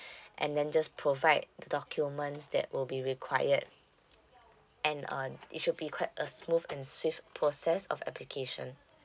and then just provide the documents that will be required and uh it should be quite a smooth and swift process of application